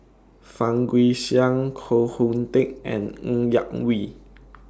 Fang Guixiang Koh Hoon Teck and Ng Yak Whee